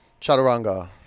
Chaturanga